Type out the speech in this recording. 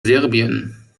serbien